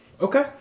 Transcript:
Okay